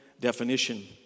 definition